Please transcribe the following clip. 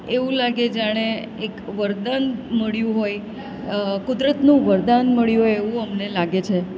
એવું લાગે જાણે એક વરદાન મળ્યું હોય કુદરતનું વરદાન મળ્યું હોય એવું અમને લાગે છે